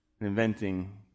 Inventing